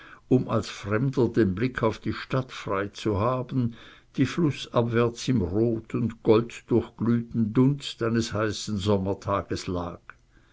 um als fremder den blick auf die stadt frei zu haben die flußabwärts im rot und golddurchglühten dunst eines heißen sommertages dalag